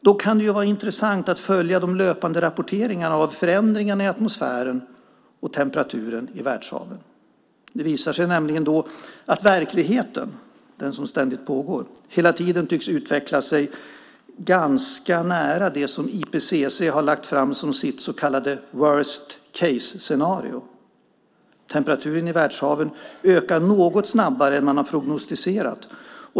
Det kan vara intressant att följa de löpande rapporteringarna av förändringarna i atmosfären och temperaturen i världshaven. Det visar sig nämligen att verkligheten, den som ständigt pågår, hela tiden tycks utveckla sig ganska nära det som IPCC har lagt fram som sitt så kallade worst case-scenario. Temperaturen i världshaven ökar något snabbare än vad man har prognostiserat.